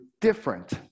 different